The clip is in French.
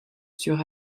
sur